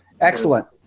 excellent